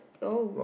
oh